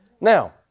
Now